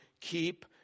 keep